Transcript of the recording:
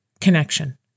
connection